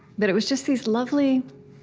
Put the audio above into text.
but it was just these lovely